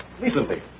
Recently